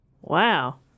Wow